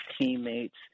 teammates